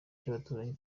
cy’abaturanyi